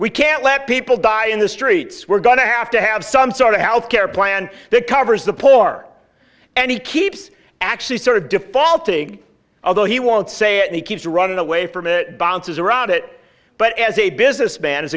we can't let people die in the streets we're going to have to have some sort of health care plan that covers the poor are and he keeps actually sort of defaulting although he won't say and he keeps running away from it balances around it but as a businessman